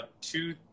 two